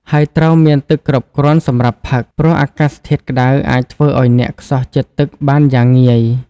ហើយត្រូវមានទឹកគ្រប់គ្រាន់សម្រាប់ផឹក ព្រោះអាកាសធាតុក្ដៅអាចធ្វើឲ្យអ្នកខ្សោះជាតិទឹកបានយ៉ាងងាយ។